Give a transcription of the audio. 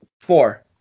Four